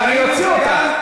אני אוציא אותך.